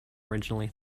originally